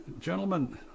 gentlemen